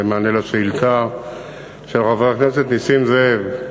במענה לשאילתה של חבר הכנסת נסים זאב,